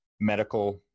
medical